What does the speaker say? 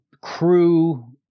crew